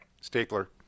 Stapler